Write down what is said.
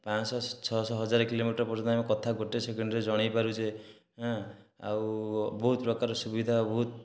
ପାଞ୍ଚଶହ ଛଅଶହ ହଜାର କିଲୋମିଟର ପର୍ଯ୍ୟନ୍ତ ଆମେ କଥା ଗୋଟିଏ ସେକେଣ୍ଡରେ ଆମେ ଜଣେଇ ପାରୁଛେ ହାଁ ଆଉ ବହୁତ ପ୍ରକାର ସୁବିଧା ବହୁତ